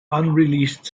unreleased